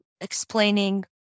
explaining